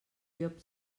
llop